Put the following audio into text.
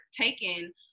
taken